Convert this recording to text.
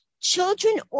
children